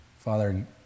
Father